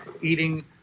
eating